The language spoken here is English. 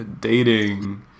dating